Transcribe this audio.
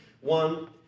one